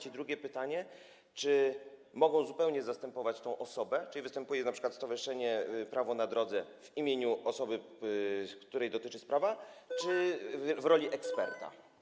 I drugie pytanie: Czy mogą zupełnie zastępować tę osobę, czyli czy występuje np. Stowarzyszenie Prawo na Drodze w imieniu osoby, której dotyczy sprawa, czy w roli eksperta?